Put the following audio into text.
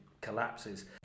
Collapses